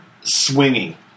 swinging